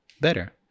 Better